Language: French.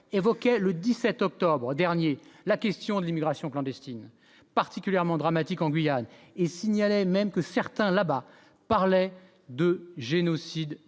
évoquait le 17 octobre dernier la question de l'immigration clandestine, particulièrement dramatique en Guyane et signalait même que certains là-bas parlait de génocide de